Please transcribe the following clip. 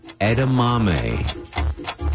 Edamame